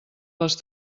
les